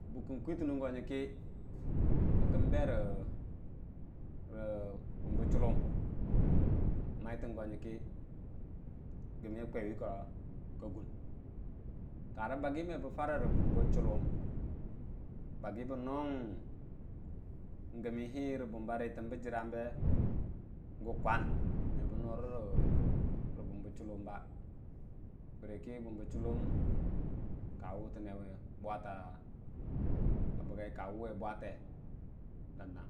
a buk kən kwitən nən go nyəkə kə kən berə bum bə chulum maitən go nyəkə gəmmi kwaiwi ka, gum kare baggi mebə Farə rə bum bə chulum baggi bə noong gəmmi hii re bumba rətə jərra swem be gu kwam me bə nurərə bum bə chulum ba, bərəkə bum aulum ka wuwe bwate a bəggai, ka wuwe bwate dan- dang.